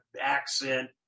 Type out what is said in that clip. accent